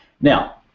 Now